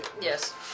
Yes